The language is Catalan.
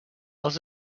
als